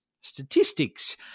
statistics